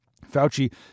Fauci